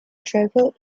travelled